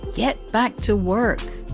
get back to work